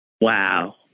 Wow